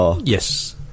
Yes